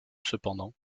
cependant